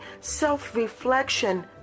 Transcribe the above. self-reflection